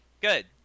Good